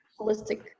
holistic